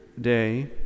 day